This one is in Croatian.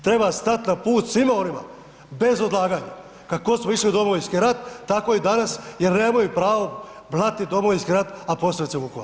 Treba stati na put svima onima, bez odlaganja, kako smo išli u Domovinski rat, tako i danas jer nemaju pravo blatiti Domovinski rat, a posebice Vukovar.